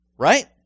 right